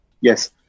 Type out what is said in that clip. Yes